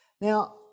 Now